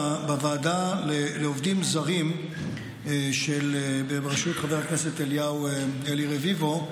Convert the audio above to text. בוועדה לעובדים זרים בראשות חבר הכנסת אלי רביבו,